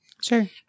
Sure